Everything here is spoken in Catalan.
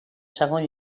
segon